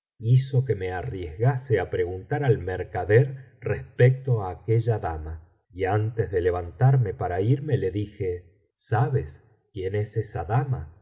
hizo que me arriesgase á preguntar al mercader respecto á aquella clama y antes de levantarme para irme le dije sabes quién es esa dama